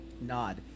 nod